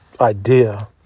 idea